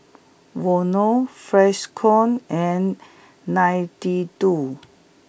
Vono Freshkon and Nintendo